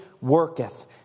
worketh